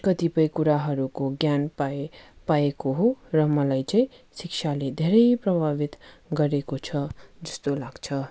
कतिपय कुराहरूको ज्ञान पाएँ पाएको हो र मलाई चाहिँ शिक्षाले धेरै प्रभावित गरेको छ जस्तो लाग्छ